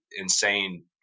insane